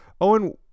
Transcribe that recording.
Owen